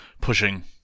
pushing